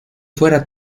fuera